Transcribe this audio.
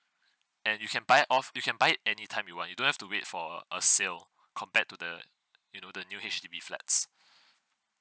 and you can buy off you can buy anytime you want you don't have to wait for a sale compared to the you know the new H_D_B flats